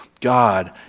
God